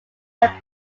had